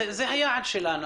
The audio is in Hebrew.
זה היעד שלנו,